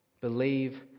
Believe